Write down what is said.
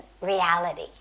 reality